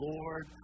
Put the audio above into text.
Lord